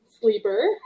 sleeper